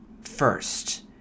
first